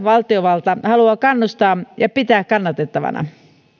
valtiovalta haluaa kannustaa ja pitää hyödyntämistä kannatettavana